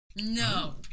No